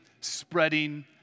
spreading